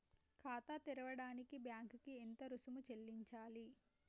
ఖాతా తెరవడానికి బ్యాంక్ కి ఎంత రుసుము చెల్లించాలి?